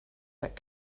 but